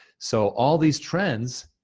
so all these trends,